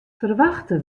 ferwachte